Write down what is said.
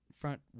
front